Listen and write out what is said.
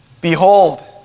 Behold